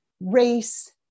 race